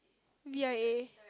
V I A